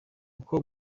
uko